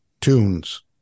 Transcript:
tunes